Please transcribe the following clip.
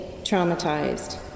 traumatized